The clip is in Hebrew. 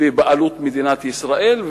בבעלות מדינת ישראל,